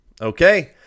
okay